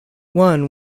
one